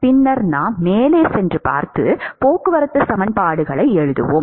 பின்னர் நாம் மேலே சென்று பார்த்து போக்குவரத்து சமன்பாடுகளை எழுதுவோம்